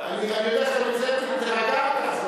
זה שלטון העם.